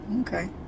Okay